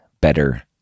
better